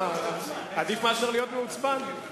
עדיף מלהיות מעוצבן.